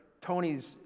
Tony's